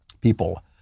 people